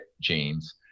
genes